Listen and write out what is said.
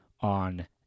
on